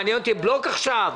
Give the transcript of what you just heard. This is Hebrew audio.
מעניין אותי הבלוק עכשיו?